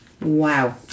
Wow